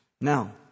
Now